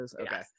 Okay